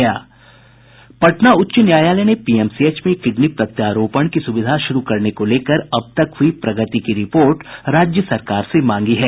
पटना उच्च न्यायालय ने पीएमसीएच में किडनी प्रत्यारोपण की सुविधा शुरू करने को लेकर अब तक हुई प्रगति की रिपोर्ट राज्य सरकार से मांगी है